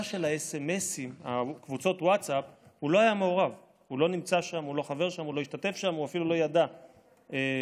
ונקבע שהוא לא ימלא תפקיד פיקודי במשך שנתיים.